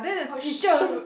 oh shoot